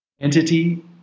Entity